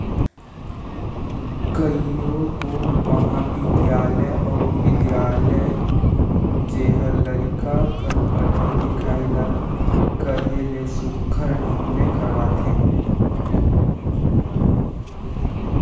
कइयो गोट महाबिद्यालय अउ बिद्यालय जेहर लरिका कर पढ़ई लिखई ल कहे ले सुग्घर ढंग ले करवाथे